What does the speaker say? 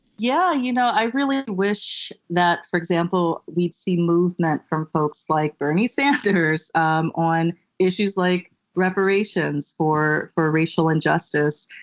yeah, you know, i really wish that, for example, we'd see movement from folks like bernie sanders um on issues like reparations for for racial injustice.